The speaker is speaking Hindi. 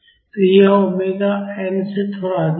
तो यह ओमेगा n से थोड़ा अधिक है